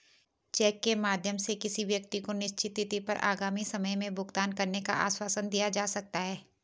check के माध्यम से किसी व्यक्ति को निश्चित तिथि पर आगामी समय में भुगतान करने का आश्वासन दिया जा सकता है